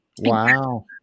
Wow